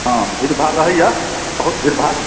हँ भीड़भाड़ रहैया बहुत भीड़भाड़